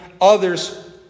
others